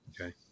Okay